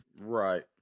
Right